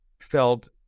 felt